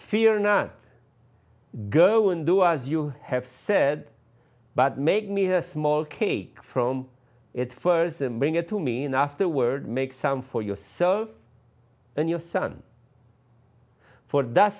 fear not go and do as you have said but make me a small cake from it first and bring it to me and afterward make some for your soul and your son for that